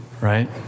right